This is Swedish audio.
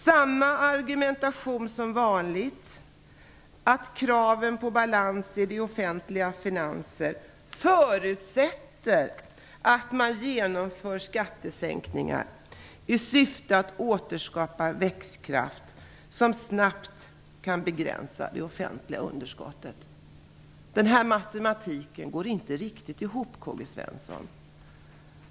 Det är samma argument som vanligt, att kraven på balans i offentliga finanser förutsätter att man genomför skattesänkningar i syfte att återskapa växtkraft som snabbt kan begränsa underskottet i den offentliga sektorn. Denna matematik går inte riktigt ihop, Karl-Gösta Svenson.